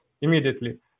immediately